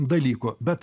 dalykų bet